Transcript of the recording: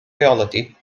reality